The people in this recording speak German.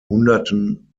hunderten